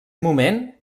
moment